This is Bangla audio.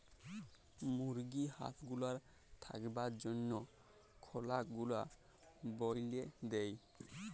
মুরগি হাঁস গুলার থাকবার জনহ খলা গুলা বলিয়ে দেয়